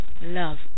love